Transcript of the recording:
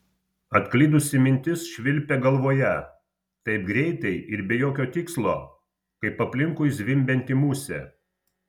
atklydusi mintis švilpė galvoje taip greitai ir be jokio tikslo kaip aplinkui zvimbianti musė